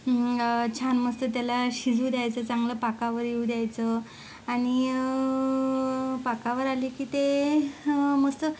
मग छान मस्त त्याला शिजू द्यायचं चांगल्या पाकावर येऊ द्यायचं आणि पाकावर आले की ते मस्त